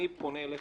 אני פונה אליכם,